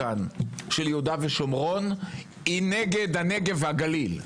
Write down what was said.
היא נגד הנגב והגליל.